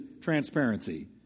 transparency